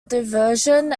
diversion